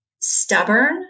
stubborn